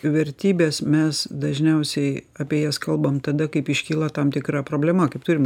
jų vertybes mes dažniausiai apie jas kalbam tada kaip iškyla tam tikra problema kaip turim